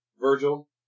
Virgil